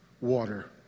water